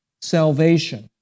salvation